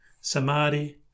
Samadhi